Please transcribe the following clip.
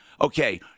Okay